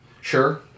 sure